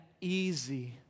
easy